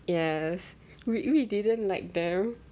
yes we really didn't like them